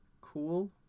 Cool